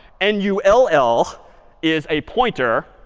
n u l l is a pointer.